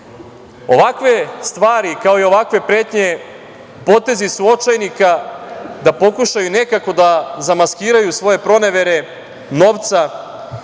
Ovakve stvari, kao i ovakve pretnje potezi su očajnika da pokušaju nekako da zamaskiraju svoje pronevere novca